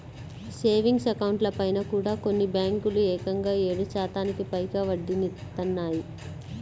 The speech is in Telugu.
సేవింగ్స్ అకౌంట్లపైన కూడా కొన్ని బ్యేంకులు ఏకంగా ఏడు శాతానికి పైగా వడ్డీనిత్తన్నాయి